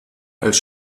als